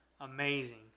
amazing